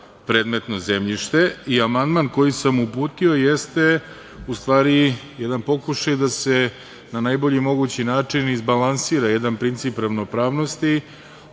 predmetno zemljište. Amandman koji sam uputio jeste u stvari jedan pokušaj da se na najbolji mogući način izbalansira jedan princip ravnopravnosti,